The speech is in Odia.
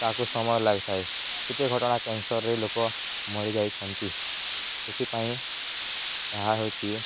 ତାହାକୁ ସମୟ ଲାଗିଥାଏ କେତେ ଘଟଣା କେନ୍ସର୍ରେ ଲୋକ ମରିଯାଇଛନ୍ତି ସେଥିପାଇଁ ଏହା ହେଉଛି